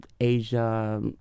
Asia